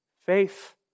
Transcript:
Faith